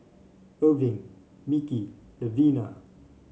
Erving Micky Levina